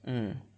mm